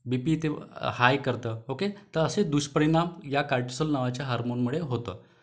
बी P ते high करतं okay तर असे दुष्परिणाम या कार्टीसोल नावाच्या हार्मोनमुळे होतं